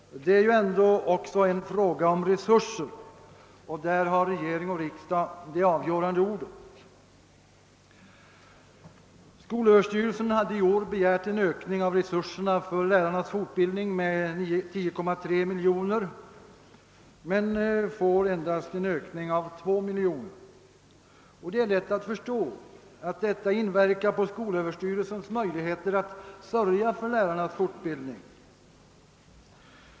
Det är dock även en fråga om resurser och härvidlag har regering och riksdag att säga det avgörande ordet. Skolöverstyrelsen hade i år begärt en ökning av resurserna för lärarnas fortbildning med 10,3 miljoner men får endast 2 miljoner mer, och det är lätt att förstå att 'detta inverkar på skolöverstyrelsens möjligheter att sörja för lärarnas fortbildning.